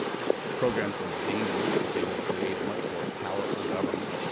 programs were dangerous that they would create a much more powerful government